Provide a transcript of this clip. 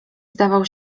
zdawał